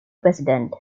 president